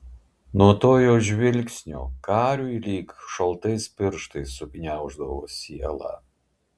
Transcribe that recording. nuo to jos žvilgsnio kariui lyg šaltais pirštais sugniauždavo sielą